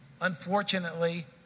Unfortunately